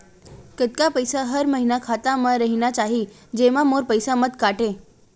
कतका पईसा हर महीना खाता मा रहिना चाही जेमा मोर पईसा मत काटे?